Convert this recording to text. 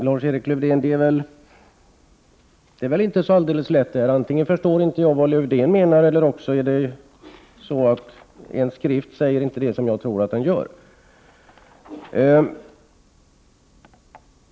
Herr talman! Ja, Lars-Erik Lövdén, det är väl inte så alldeles lätt. Antingen förstår inte jag vad Lars-Erik Lövdén menar, eller också säger inte en skrift det som jag tror att den säger.